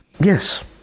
Yes